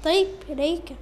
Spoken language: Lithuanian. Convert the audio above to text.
taip reikia